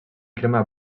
crema